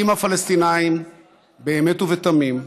אם הפלסטינים באמת ובתמים,